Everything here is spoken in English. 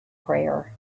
prayer